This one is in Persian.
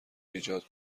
ایجاد